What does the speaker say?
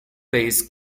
based